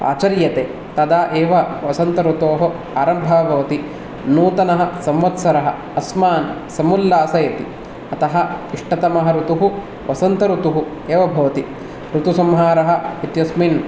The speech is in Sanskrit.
आचर्यते तदा एव वसन्तऋतोः आरम्भः भवति नूतनः संवत्सरः अस्मान् समुल्लासयति अतः इष्टतमः ऋतुः वसन्तऋतुः एव भवति ऋतुसंहारः इत्यस्मिन्